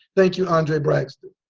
thank you andre braxton